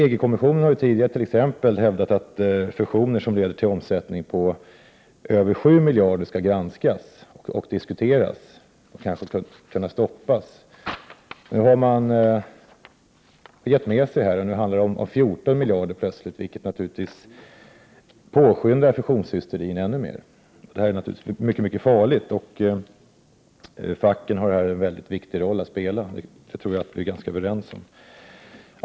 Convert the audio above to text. EG-kommissionen har ju tidigare t.ex. hävdat att fusioner som leder till omsättning på över 7 miljarder skall granskas och diskuteras och kanske kunna stoppas. Nu har man gett med sig här, och nu handlar det om 14 miljarder plötsligt, vilket naturligtvis påskyndar fusionshysterin ännu mer. Det här är naturligtvis mycket, mycket farligt, och facken har här en väldigt viktig roll att spela. Det tror jag att vi är ganska överens om.